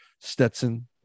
Stetson